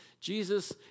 Jesus